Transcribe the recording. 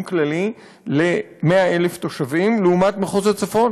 כללי ל-100,000 תושבים לעומת מחוז הצפון.